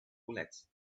bullets